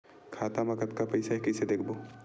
खाता मा कतका पईसा हे कइसे देखबो?